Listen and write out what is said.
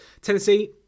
Tennessee